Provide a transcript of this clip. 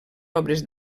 obres